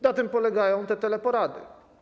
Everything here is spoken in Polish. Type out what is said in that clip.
Na tym polegają te teleporady.